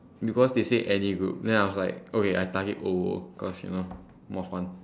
because they say any group then I was like okay I target O O cause you know more fun